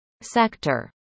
sector